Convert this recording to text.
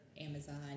Amazon